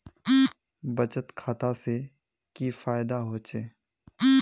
बचत खाता से की फायदा होचे?